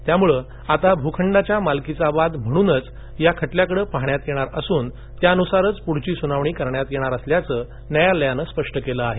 त्यामुळे आता भूखंडाच्या मालकीचा वाद म्हणूनच या खटल्याकडे पाहण्यात येणार असून त्यानुसारच पुढची सुनावणी करण्यात येणार असल्याचं न्यायालयाने स्पष्ट केलं आहे